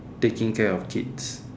taking care of kids